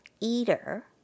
eater